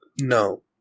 No